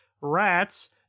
rats